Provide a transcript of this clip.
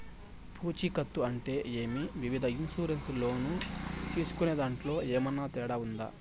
పూచికత్తు అంటే ఏమి? వివిధ ఇన్సూరెన్సు లోను తీసుకునేదాంట్లో ఏమన్నా తేడా ఉందా?